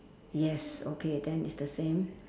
yes okay then it's the same